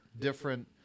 different